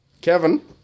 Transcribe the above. Kevin